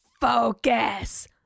focus